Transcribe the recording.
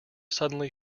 suddenly